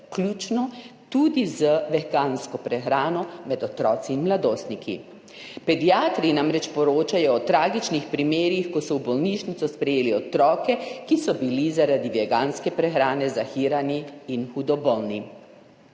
tudi z vegansko prehrano med otroci in mladostnik. Pediatri namreč poročajo o tragičnih primerih, ko so v bolnišnico sprejeli otroke, ki so bili zaradi veganske prehrane zahirani in hudo bolni.